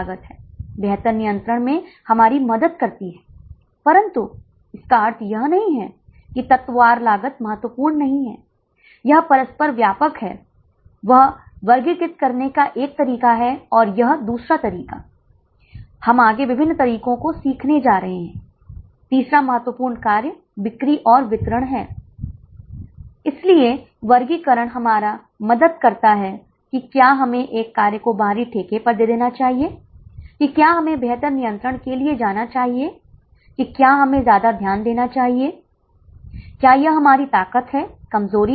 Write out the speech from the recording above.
तो संभावित उत्तर 45 63 क्षमा करें 45 59 74 और 89क्या आप समझ रहे हैं अब अब तक पहले की समस्याओं में हमें कई बीईपी के साथ सामना कभी नहीं करना पड़ा था लेकिन यहां आपको महसूस होगा कि अर्ध परिवर्तनीय लागत के अस्तित्व के कारण आप एक ऐसे परिदृश्य पर पहुंच सकते हैं जहां आपके पास 1 से अधिक बीईपी हो सकते हैं